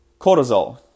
Cortisol